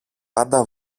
πάντα